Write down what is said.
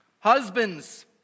Husbands